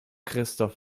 christoph